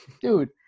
dude